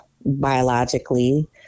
biologically